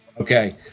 Okay